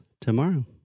tomorrow